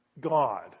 God